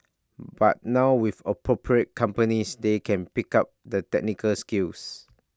but now with appropriate companies they can pick up the technical skills